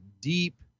deep